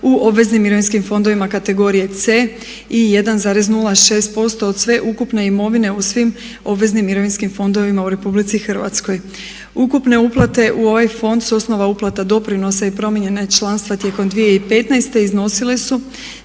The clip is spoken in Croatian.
u obveznim mirovinskim fondovima kategorije C i 1,06% od sve ukupne imovine u svim obveznim mirovinskim fondovima u RH. Ukupne uplate u ovaj fond s osnova uplata doprinosa i promijenjena članstva tijekom 2015. iznosile su